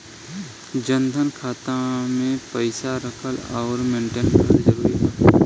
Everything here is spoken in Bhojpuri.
जनधन खाता मे पईसा रखल आउर मेंटेन करल जरूरी बा?